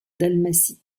dalmatie